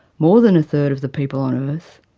more than a third of the people on earth,